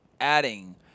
adding